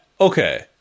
Okay